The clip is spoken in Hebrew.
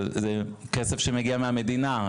אבל זה כסף שמגיע מהמדינה.